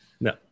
No